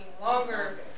longer